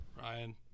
ryan